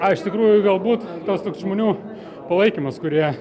a iš tikrųjų galbūt tas toks žmonių palaikymas kurie